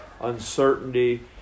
uncertainty